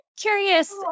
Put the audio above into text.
Curious